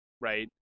right